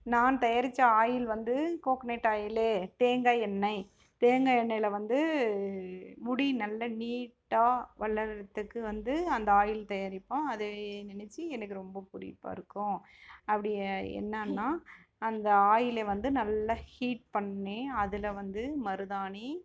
நான் தயாரித்த ஆயில் வந்து கோக்கனட் ஆயிலு தேங்காய் எண்ணெய் தேங்காய் எண்ணெயில் வந்து முடி நல்ல நீட்டாக வளர்கிறத்துக்கு வந்து அந்த ஆயில் தயாரிப்போம் அது நினச்சி எனக்கு ரொம்ப பிடிப்பா இருக்கும் அப்படி என்னென்னா அந்த ஆயிலை வந்து நல்லா ஹீட் பண்ணி அதில் வந்து மருதாணி